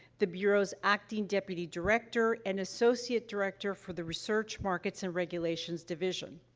the bureau's acting deputy director and associate director for the research, markets, and regulations division.